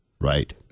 Right